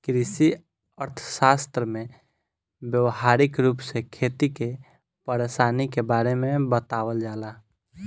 कृषि अर्थशास्त्र में व्यावहारिक रूप से खेती के परेशानी के बारे में बतावल जाला